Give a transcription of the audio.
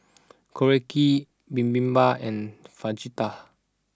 Korokke Bibimbap and Fajitas